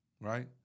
right